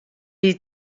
wie